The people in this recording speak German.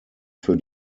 für